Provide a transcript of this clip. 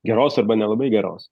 geros arba nelabai geros